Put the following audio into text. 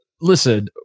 listen